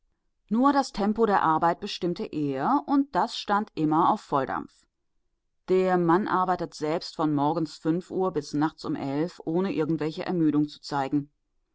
nur das tempo der arbeit bestimmte er und das stand immer auf volldampf der mann arbeitet selbst von morgens fünf uhr bis nachts um elf ohne irgendwelche ermüdung zu zeigen